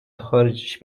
خارجیش